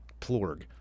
plorg